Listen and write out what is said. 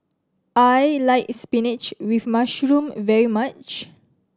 I like spinach with mushroom very much